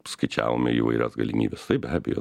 skaičiavome įvairias galimybes taip be abejo